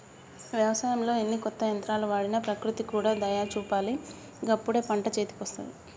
వ్యవసాయంలో ఎన్ని కొత్త యంత్రాలు వాడినా ప్రకృతి కూడా దయ చూపాలి గప్పుడే పంట చేతికొస్తది